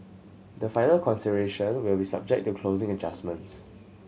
the final consideration will be subject to closing adjustments